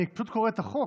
אני פשוט קורא את החוק,